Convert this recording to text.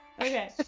Okay